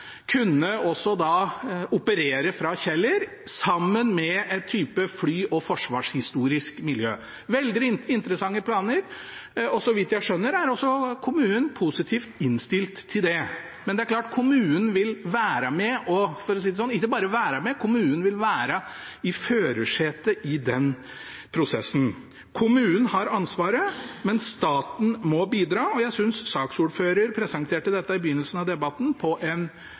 kunne operere fra Kjeller i en type fly- og forsvarshistorisk miljø. Det er veldig interessante planer, og så vidt jeg skjønner, er også kommunen positivt innstilt til det. Men det er klart at kommunen vil være med – og ikke bare være med, kommunen vil være i førersetet i den prosessen. Kommunen har ansvaret, men staten må bidra, og jeg synes saksordføreren presenterte dette i begynnelsen av debatten på en